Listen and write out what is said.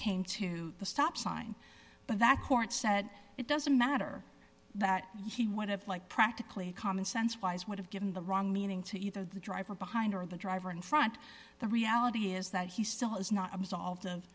came to the stop sign but that court said it doesn't matter that he would have liked practically common sense wise would have given the wrong meaning to either the driver behind or the driver in front the reality is that he still is not absolve